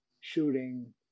shooting